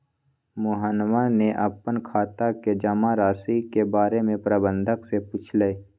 मोहनवा ने अपन खाता के जमा राशि के बारें में प्रबंधक से पूछलय